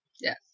yes